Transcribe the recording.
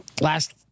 Last